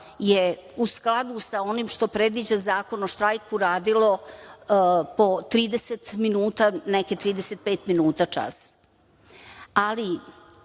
je, u skladu sa onim što predviđa Zakon o štrajku, radilo po 30 minuta, neke 35 minuta čas, ali